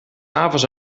avonds